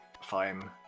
fine